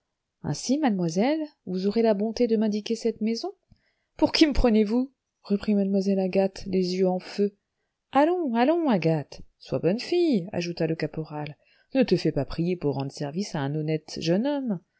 ainsi mademoiselle vous aurez la bonté de m'indiquer cette maison pour qui me prenez-vous reprit mademoiselle agathe les yeux en feu allons allons agathe sois bonne fille ajouta le caporal ne te fais pas prier pour rendre service à un honnête jeune homme